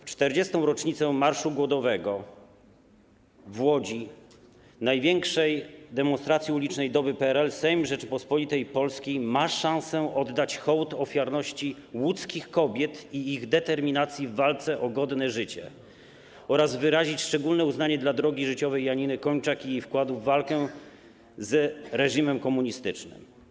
W 40. rocznicę marszu głodowego w Łodzi, największej demonstracji ulicznej doby PRL, Sejm Rzeczypospolitej Polskiej ma szansę oddać hołd ofiarności łódzkich kobiet i ich determinacji w walce o godne życie oraz wyrazić szczególne uznanie dla drogi życiowej Janiny Kończak i jej wkładu w walkę z reżimem komunistycznym.